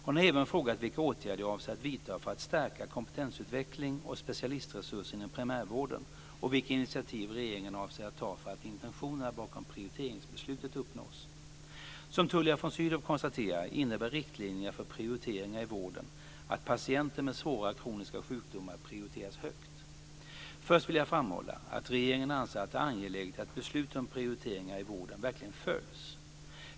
Hon har även frågat vilka åtgärder jag avser att vidta för att stärka kompetensutveckling och specialistresurser inom primärvården och vilka initiativ regeringen avser att ta för att intentionerna bakom prioriteringsbeslutet uppnås. Som Tullia von Sydow konstaterar innebär riktlinjerna för prioriteringar i vården att patienter med svåra kroniska sjukdomar prioriteras högt. Först vill jag framhålla att regeringen anser att det är angeläget att beslutet om prioriteringar i vården verkligen följs.